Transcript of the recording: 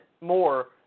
more